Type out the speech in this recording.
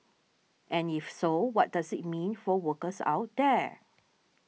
and if so what does it mean for workers out there